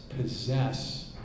possess